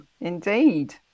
indeed